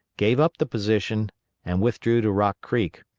gave up the position and withdrew to rock creek,